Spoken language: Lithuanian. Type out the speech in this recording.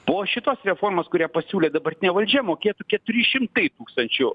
po šitos reformos kurią pasiūlė dabartinė valdžia mokėtų keturi šimtai tūkstančių